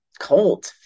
cold